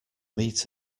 meet